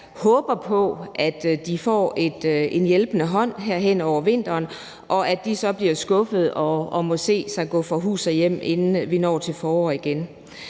håber på, at de får en hjælpende hånd her hen over vinteren, men at de så bliver skuffet og må se sig gå fra hus og hjem, inden vi når til foråret igen.